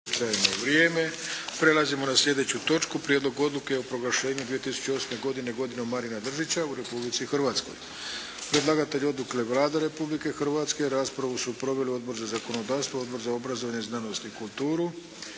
Prelazimo na sljedeću točku: - Prijedlog odluke o proglašenju 2008. godine «Godinom Marina Držića» u Republici Hrvatskoj Predlagatelj odluke je Vlada Republike Hrvatske. Raspravu su proveli Odbor za zakonodavstvo, Odbor za obrazovanje, znanost i kulturu.